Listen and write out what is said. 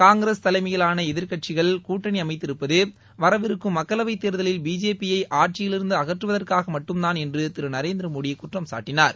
காங்கிரஸ் தலைமையிலான எதிர்க்கட்சிகள் கூட்டணி அமைத்திருப்பது வரவிருக்கும் மக்களவை தேர்தலில் பிஜேபியை ஆட்சியிலிருந்து அகற்றுவதற்காக மட்டும்தாள் என்று திரு நரேந்திரமோடி குற்றம் காட்டினார்